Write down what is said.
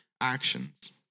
actions